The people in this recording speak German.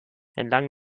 entlang